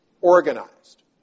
organized